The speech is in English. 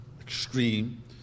extreme